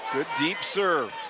good deep serve